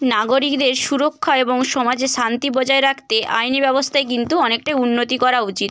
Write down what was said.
নাগরিকদের সুরক্ষা এবং সমাজে শান্তি বজায় রাখতে আইনি ব্যবস্থায় কিন্তু অনেকটাই উন্নতি করা উচিত